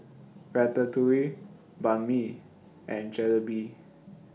Ratatouille Banh MI and Jalebi